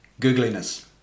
Googliness